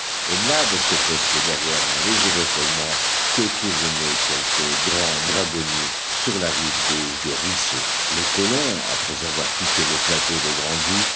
et nab se postait derrière un léger épaulement que couronnaient quelques grands dragonniers sur la rive gauche du ruisseau les colons après avoir quitté le plateau de